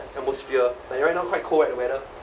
atmosphere but right now quite cold right the weather